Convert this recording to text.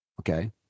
Okay